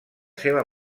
seva